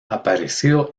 aparecido